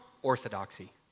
orthodoxy